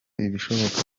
ibishoboka